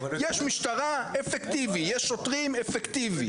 יש משטרה אפקטיבי, יש שוטרים אפקטיבי,